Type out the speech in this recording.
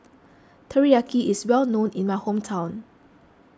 Teriyaki is well known in my hometown